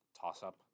toss-up